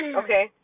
okay